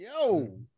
yo